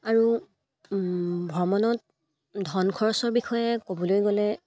আৰু ভ্ৰমণত ধন খৰচৰ বিষয়ে ক'বলৈ গ'লে